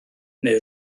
neu